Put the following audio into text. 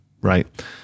right